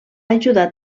ajudar